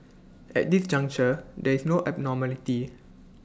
at this juncture there is no abnormality